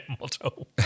motto